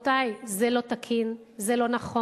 רבותי, זה לא תקין, זה לא נכון.